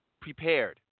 prepared